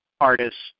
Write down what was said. artists